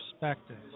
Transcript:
perspective